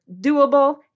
doable